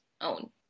own